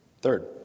Third